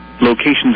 Locations